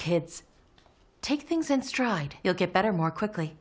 kids take things in stride you'll get better more quickly